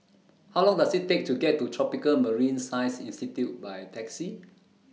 How Long Does IT Take to get to Tropical Marine Science Institute By Taxi